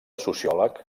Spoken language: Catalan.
sociòleg